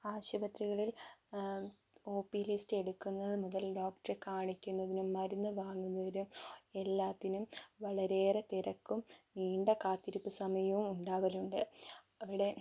ആശുപത്രികളിൽ O P list എടുക്കുന്നത് മുതൽ ഡോക്ടറെ കാണിക്കുന്നതിനും മരുന്ന് വാങ്ങുന്നതിനും എല്ലാത്തിനും വളരെയേറെ തിരക്കും നീണ്ട കാത്തിരിപ്പ് സമയവും ഉണ്ടാവലുണ്ട് അവിടെ